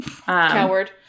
Coward